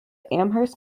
amherst